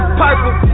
purple